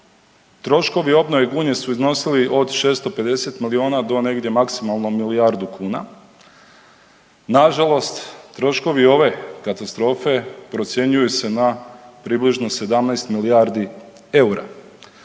troškovi obnove Gunje su iznosili od 650 milijuna do negdje maksimalno milijardu kuna. Nažalost troškovi ove katastrofe procjenjuju se na približno 17 milijardi eura.